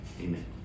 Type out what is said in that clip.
Amen